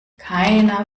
keiner